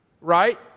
right